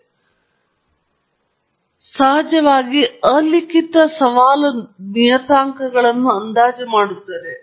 ಮತ್ತು ಸಹಜವಾಗಿ ಅಲಿಖಿತ ಸವಾಲು ನಿಯತಾಂಕಗಳನ್ನು ಅಂದಾಜು ಮಾಡುತ್ತದೆ ಇದು ಪ್ರಾಯೋಗಿಕ ಮಾಡೆಲಿಂಗ್ನಲ್ಲಿ ಹೇಗಾದರೂ ಸವಾಲು